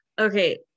okay